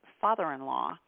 father-in-law